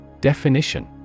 Definition